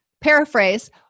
Paraphrase